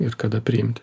ir kada priimt